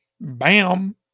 Bam